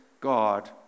God